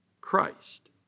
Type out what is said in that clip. Christ